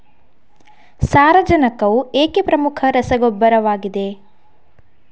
ಸಾರಜನಕವು ಏಕೆ ಪ್ರಮುಖ ರಸಗೊಬ್ಬರವಾಗಿದೆ?